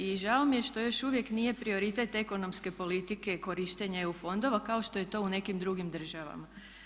I žao mi je što još uvijek nije prioritet ekonomske politike korištenje EU fondova kao što je to u nekim drugim državama.